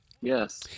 Yes